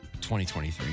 2023